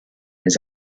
his